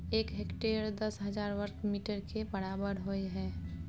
एक हेक्टेयर दस हजार वर्ग मीटर के बराबर होय हय